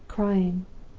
crying.